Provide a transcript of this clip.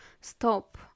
stop